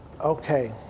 Okay